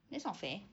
that's not fair